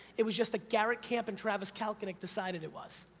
it was just that garrett camp and travis kalanick decided it was.